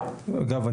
אם יהיה כזה אגב,